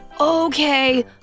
Okay